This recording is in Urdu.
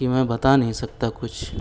کہ میں بتا نہیں سکتا کچھ